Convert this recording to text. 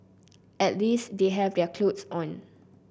at least they have their clothes on